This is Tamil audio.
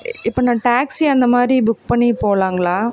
இப்போ நான் டேக்ஸி அந்தமாதிரி புக் பண்ணி போகலாங்களா